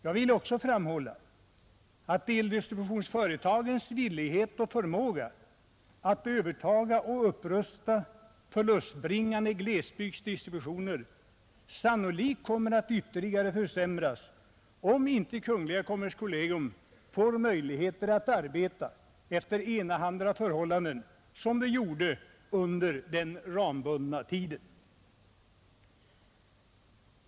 Jag vill också framhålla att eldistributionsföretagens villighet och förmåga att övertaga och upprusta förlustbringande glesbygdsdistribution sannolikt kommer att ytterligare försämras om inte kommerskollegium kan få arbeta under enahanda förhållanden som under den rambundna tiden.